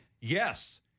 yes